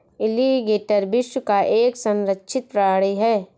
alligator विश्व का एक संरक्षित प्राणी है